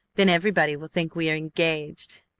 then everybody will think we are engaged!